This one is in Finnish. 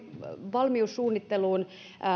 valmiussuunnitteluun